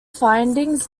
findings